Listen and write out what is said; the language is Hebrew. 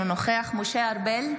אינו נוכח משה ארבל,